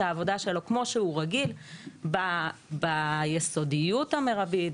העבודה שלו כמו שהוא רגיל ביסודיות המרבית,